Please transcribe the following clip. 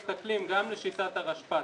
מסתכלים גם לשיטת הרשפ"ת.